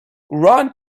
run